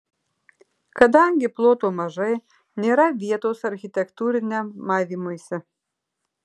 kadangi ploto mažai nėra vietos architektūriniam maivymuisi